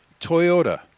Toyota